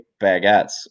baguettes